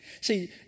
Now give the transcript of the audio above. See